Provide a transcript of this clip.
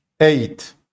Eight